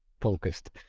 focused